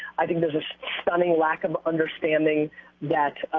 i think there's a stunning lack of understanding that